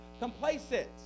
complacent